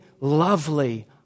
lovely